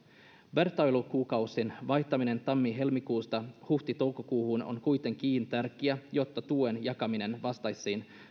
vertailukuukausien vaihtaminen tammi helmikuusta huhti toukokuuhun on kuitenkin tärkeää jotta tuen jakaminen vastaisi